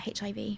HIV